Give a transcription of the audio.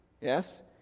Yes